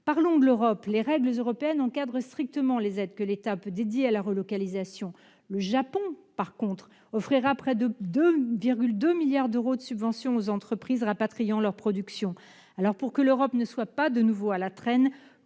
Parlons de l'Europe. Les règles européennes encadrent strictement les aides que l'État peut dédier à la relocalisation, alors que le Japon offrira près de 2,2 milliards d'euros de subventions aux entreprises rapatriant leur production. Pour que l'Europe ne soit pas de nouveau à la traîne,